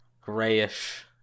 grayish